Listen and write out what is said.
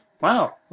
Wow